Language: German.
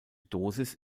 dosis